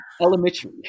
elementary